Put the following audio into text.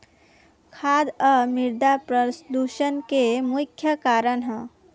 खाद आ मिरदा प्रदूषण के मुख्य कारण ह